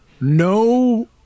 no